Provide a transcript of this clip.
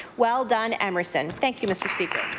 well done emerson. thank you mr. speaker.